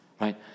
right